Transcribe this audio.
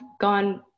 gone